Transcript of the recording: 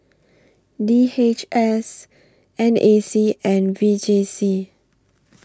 D H S N A C and V J C